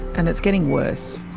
and it's getting worse.